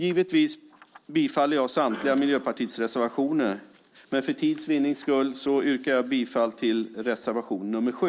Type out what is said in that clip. Givetvis yrkar jag bifall till samtliga Miljöpartiets reservationer, men för tids vinnande yrkar jag bifall endast till reservation nr 7.